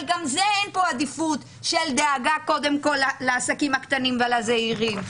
אבל גם פה אין עדיפות של דאגה קודם כול לעסקים הקטנים והזעירים.